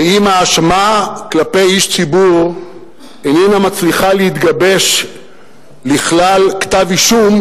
ואם ההאשמה כלפי איש ציבור איננה מצליחה להתגבש לכלל כתב אישום,